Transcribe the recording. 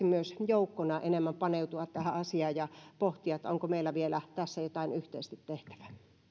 myös joukkona enemmän paneutua tähän asiaan ja pohtia onko meillä vielä tässä jotain yhteisesti tehtävää